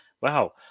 Wow